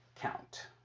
count